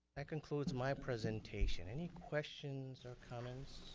that concludes my presentation, any questions or comments?